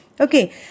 Okay